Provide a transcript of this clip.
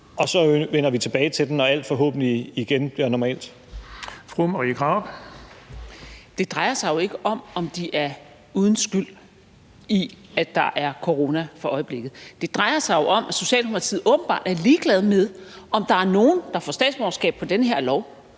Bonnesen): Fru Marie Krarup. Kl. 13:09 Marie Krarup (DF): Det drejer sig jo ikke om, om de er uden skyld i, at der er corona for øjeblikket. Det drejer sig jo om, at Socialdemokratiet åbenbart er ligeglade med, om der er nogle af dem, der får statsborgerskab på den her lov,